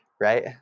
right